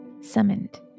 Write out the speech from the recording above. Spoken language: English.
summoned